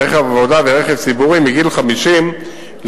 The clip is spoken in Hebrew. רכב עבודה ורכב ציבורי מ-50 ל-60.